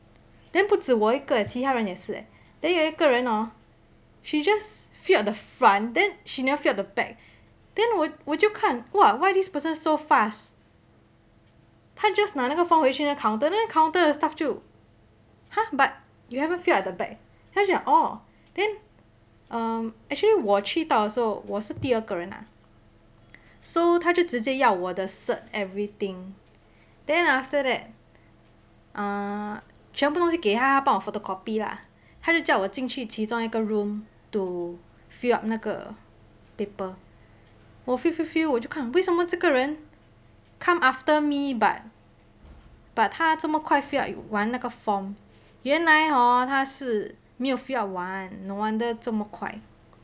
then 不止我一个 eh 其他人也是 eh then 有一个人 hor she just fill up the front then she never fill up the back then 我我就看 !wah! why this person so fast 她 just 拿那个 form 回去那个 counter 那个 counter 的 staff 就 !huh! but you haven't fill up at the back 她就 orh then um actually 我去到的时候我是第二个人啦 so 她就直接要我的 cert everything then after that err 全部东西给她她帮我 photocopy lah 她就叫我进去其中一个 room to fill up 那个 paper 我 fill fill fill 我就看为什么这个人 come after me but but 她这么快 fill up 完那个 form 原来 hor 她是没有 fill up 完 no wonder 这么快